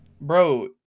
Bro